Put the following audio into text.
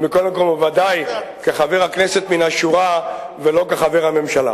מכל מקום בוודאי כחבר הכנסת מהשורה ולא כחבר הממשלה.